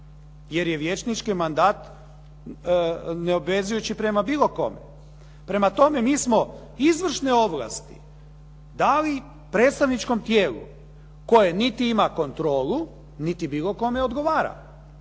jer je vijećnički mandat neobvezujući prema bilo kome. Prema tome, mi smo izvršne ovlasti dali predstavničkom tijelu koje niti ima kontrolu, niti bilo kome odgovara.